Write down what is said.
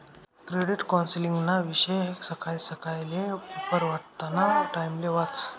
credit कौन्सलिंगना विषयी सकाय सकायले पेपर वाटाना टाइमले वाचं